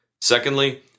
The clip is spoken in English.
Secondly